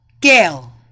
Gail